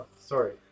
Sorry